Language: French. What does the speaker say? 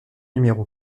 numéro